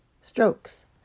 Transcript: Strokes